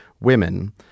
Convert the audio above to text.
women